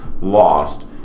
lost